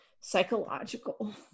psychological